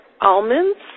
almonds